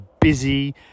busy